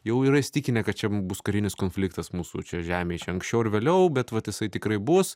jau yra įsitikinę kad čia bus karinis konfliktas mūsų čia žemėj čia anksčiau ar vėliau bet vat jisai tikrai bus